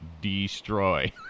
destroy